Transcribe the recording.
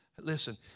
Listen